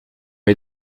bij